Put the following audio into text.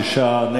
6,